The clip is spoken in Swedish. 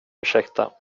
ursäkta